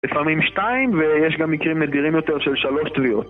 לפעמים שתיים, ויש גם מקרים מדהימים יותר של שלוש תביעות